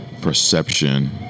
perception